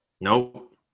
Nope